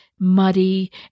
muddy